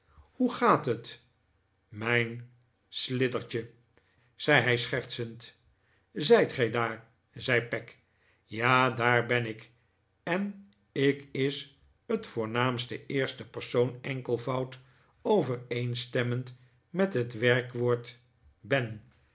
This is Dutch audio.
hoe gaat het mijn slidertje zei hij schertsend zijt gij daar zei peg ja daar ben ik en ik is het voornaamwoord eerste persoon enkelvoud overeenstemmend met het werkwoord ben